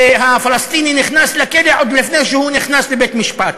והפלסטיני נכנס לכלא עוד לפני שהוא נכנס לבית-משפט.